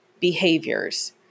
behaviors